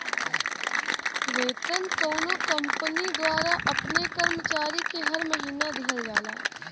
वेतन कउनो कंपनी द्वारा अपने कर्मचारी के हर महीना दिहल जाला